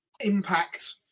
impact